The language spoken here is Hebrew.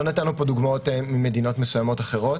לא נתנו פה דוגמאות ממדינות מסוימות אחרות,